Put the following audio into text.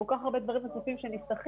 כל כך הרבה דברים נוספים שנפתחים,